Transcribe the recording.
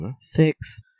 Six